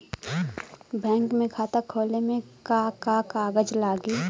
Bank में खाता खोले मे का का कागज लागी?